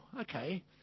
okay